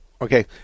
Okay